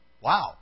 wow